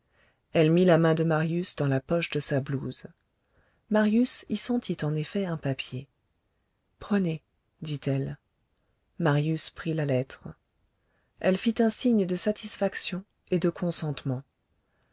elle mit la main de marius dans la poche de sa blouse marius y sentit en effet un papier prenez dit-elle marius prit la lettre elle fit un signe de satisfaction et de consentement